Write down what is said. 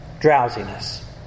Drowsiness